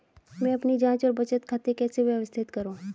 मैं अपनी जांच और बचत खाते कैसे व्यवस्थित करूँ?